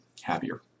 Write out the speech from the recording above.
happier